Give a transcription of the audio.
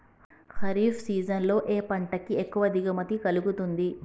Kharif season లో ఏ పంట కి ఎక్కువ దిగుమతి కలుగుతుంది?